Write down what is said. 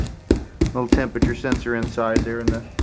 little temperature sensor inside there in the